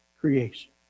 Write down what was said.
creation